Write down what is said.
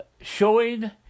showing